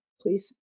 please